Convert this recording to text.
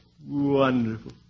Wonderful